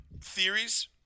theories